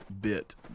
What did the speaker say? bit